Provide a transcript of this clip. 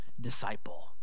disciple